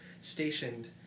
stationed